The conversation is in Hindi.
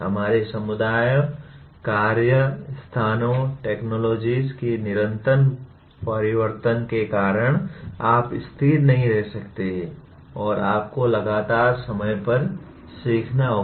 हमारे समुदायों कार्य स्थानों टेक्नोलॉजीज की निरंतर परिवर्तन के कारण आप स्थिर नहीं रह सकते हैं और आपको लगातार समय पर सीखना होगा